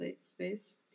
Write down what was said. space